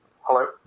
hello